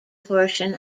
portion